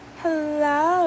Hello